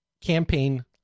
campaign